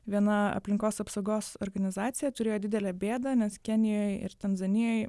viena aplinkos apsaugos organizacija turėjo didelę bėdą nes kenijoj ir tanzanijoj